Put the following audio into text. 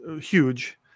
huge